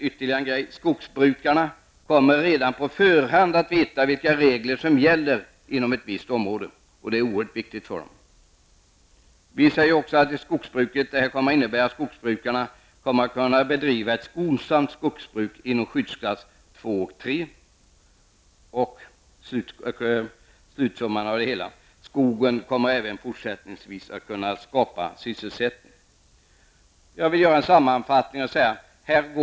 Ytterligare en fördel är att skogsbrukarna redan på förhand kommer att veta vilka regler som gäller inom ett visst område, och det är oerhört viktigt för dem. Detta kommer att innebära, att skogsbrukarna kommer att kunna bedriva ett skonsamt skogsbruk inom skyddsklass 2 och 3. Slutsumman av det hela är att skogen även fortsättningsvis kommer att kunna skapa sysselsättning. Jag vill göra en sammanfattning.